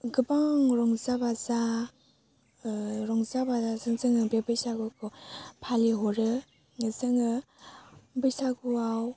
गोबां रंजा बाजा रंजा बाजाजों जोङो बे बैसागुखौ फालिहरो जोङो बैसागुआव